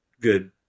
good